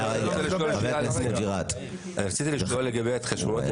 יאסר חוג'יראת (רע"מ, הרשימה הערבית המאוחדת):